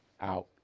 out